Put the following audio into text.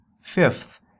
Fifth